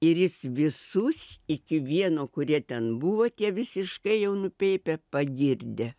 ir jis visus iki vieno kurie ten buvo tie visiškai jau nupeipę pagirdė